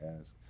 ask